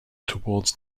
towards